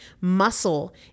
Muscle